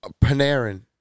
Panarin